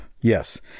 Yes